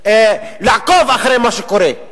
לעקוב אחרי מה שקורה.